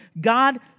God